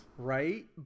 Right